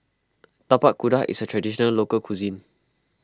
Tapak Kuda is a Traditional Local Cuisine